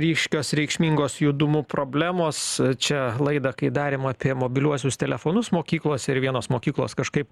ryškios reikšmingos judumu problemos čia laidą kai darėm apie mobiliuosius telefonus mokyklose ir vienos mokyklos kažkaip